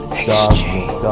exchange